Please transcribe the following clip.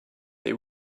they